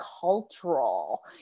cultural